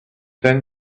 then